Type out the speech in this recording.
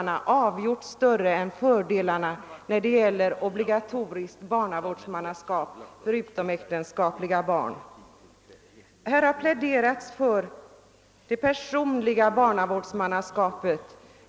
När det gäller obligatoriskt barnavårdsmannaskap för utomäktenskapliga barn är nämligen nackdelarna avgjort större än fördelarna.